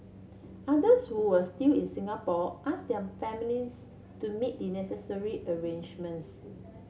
others who were still in Singapore ask their families to make the necessary arrangements